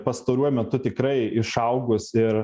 pastaruoju metu tikrai išaugus ir